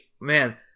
man